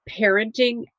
parenting